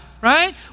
right